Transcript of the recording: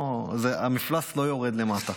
המפלס לא יורד למטה.